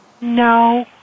no